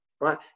right